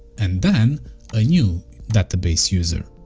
and then a new database user.